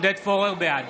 (קורא בשם חבר הכנסת) עודד פורר, בעד